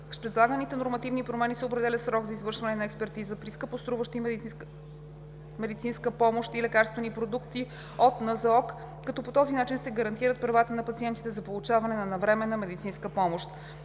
предлаганите нормативни промени се определя срок за извършване на експертиза при скъпоструващи медицинска помощ и лекарствени продукти от НЗОК, като по този начин се гарантират правата на пациентите за получаване на навременна медицинска помощ.